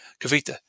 Kavita